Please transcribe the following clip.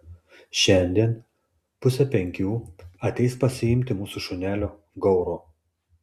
šiandien pusę penkių ateis pasiimti mūsų šunelio gauro